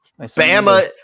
bama